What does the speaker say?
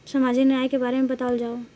सामाजिक न्याय के बारे में बतावल जाव?